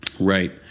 right